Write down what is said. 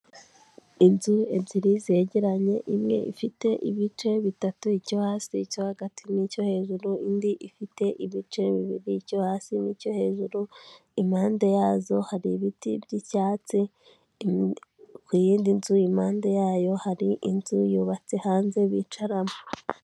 Inzu ebyiri zegeranye imwe ifite ibice bitatu; icyo hasi, icyo hagati n'icyo hejuru, indi ifite ibice bibiri; icyo hasi n'icyo hejuru, impande yazo hari ibiti by'icyatsi, ku yindi nzu impande yayo hari inzu yubatse hanze bicaramo.